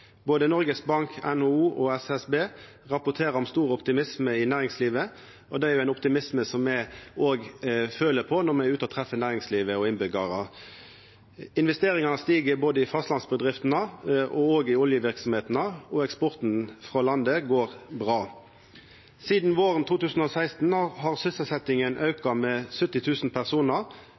Både Noregs Bank, NHO og SSB rapporterer om stor optimisme i næringslivet, ein optimisme som me òg føler på når me er ute og treffer næringsliv og innbyggjarar. Investeringane har stige i både fastlandsbedriftene og oljeverksemda, og eksporten frå landet går bra. Sidan våren 2016 har sysselsetjinga auka med 70 000 personar.